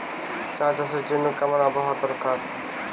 চা চাষের জন্য কেমন আবহাওয়া দরকার?